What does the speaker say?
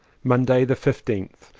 monday the fifteenth.